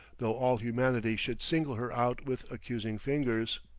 though all humanity should single her out with accusing fingers.